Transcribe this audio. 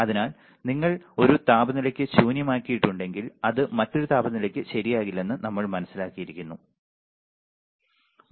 അതിനാൽ നിങ്ങൾ ഒരു താപനിലയ്ക്ക് ശൂന്യമാക്കിയിട്ടുണ്ടെങ്കിൽ അത് മറ്റൊരു താപനിലയ്ക്ക് ശരിയാകില്ലെന്ന് നമ്മൾ മനസ്സിലാക്കിയിരുന്നു